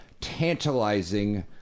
tantalizing